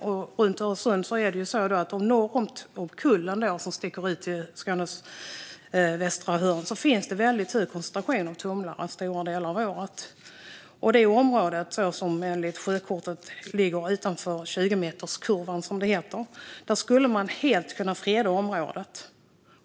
När det gäller Öresund finns det under stora delar av året en väldigt hög koncentration av tumlare norr om Kullen, som sticker ut från Skånes västra hörn. Det gäller det område som enligt sjökortet ligger utanför 20meterskurvan, som det heter. Man skulle kunna helt freda det området.